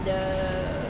the